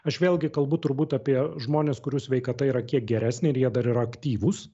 aš vėlgi kalbu turbūt apie žmones kurių sveikata yra kiek geresnė ir jie dar ir aktyvūs